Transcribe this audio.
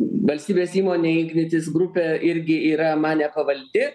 valstybės įmonė ignitis grupė irgi yra man nepavaldi